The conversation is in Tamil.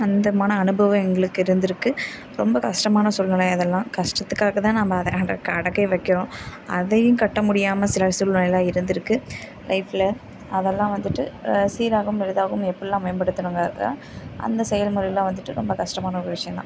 அந்த மன அனுபவம் எங்களுக்கு இருந்திருக்கு ரொம்ப கஷ்டமான சூழ்நிலை அதெல்லாம் கஷ்டத்துக்காக தான் நம்ம அதை அடகே வைக்கிறோம் அதையும் கட்ட முடியாமல் சில சூழ்நிலையெல்லாம் இருந்திருக்கு லைஃப்பில் அதெல்லாம் வந்துட்டு சீராகவும் எளிதாகவும் எப்படி எல்லாம் மேம்படுத்தணுங்கிறதை அந்த செயல்முறையிலாம் வந்துவிட்டு ரொம்ப கஷ்டமான ஒரு விஷயந்தான்